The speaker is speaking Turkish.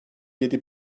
yedi